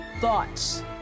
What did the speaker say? thoughts